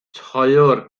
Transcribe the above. töwr